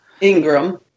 Ingram